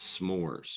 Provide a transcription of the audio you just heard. s'mores